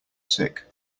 sick